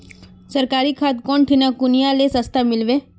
सरकारी खाद कौन ठिना कुनियाँ ले सस्ता मीलवे?